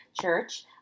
Church